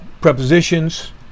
Prepositions